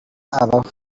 abaho